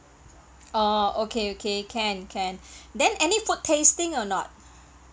oh okay okay can can then any food tasting or not